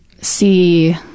see